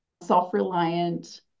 self-reliant